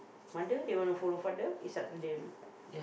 mother they want to follow father is up to them